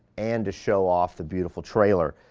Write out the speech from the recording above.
and to show off the beautiful trailer.